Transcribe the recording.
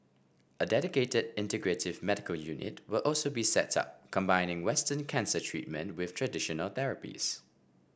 a dedicated integrative medical unit will also be set up combining Western cancer treatment with traditional therapies